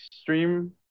stream